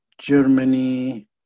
Germany